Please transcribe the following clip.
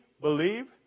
believe